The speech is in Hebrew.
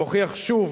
מוכיח שוב